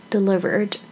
Delivered